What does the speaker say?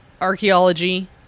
archaeology